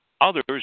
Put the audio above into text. others